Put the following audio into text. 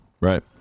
right